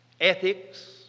Ethics